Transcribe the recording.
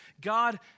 God